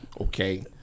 Okay